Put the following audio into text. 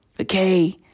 Okay